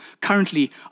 currently